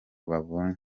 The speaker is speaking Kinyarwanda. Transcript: babonye